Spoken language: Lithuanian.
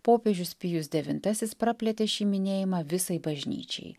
popiežius pijus devintasis praplėtė šį minėjimą visai bažnyčiai